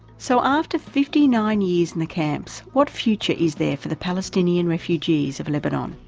so after fifty nine years in the camps, what future is there for the palestinian refugees of lebanon?